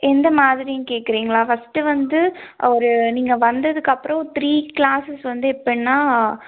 எந்த மாதிரினு கேட்குறிங்களா ஃபஸ்டு வந்து ஒரு நீங்கள் வந்ததுக்கப்புறம் த்ரீ க்ளாஸஸ் வந்து எப்படினா